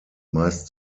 meist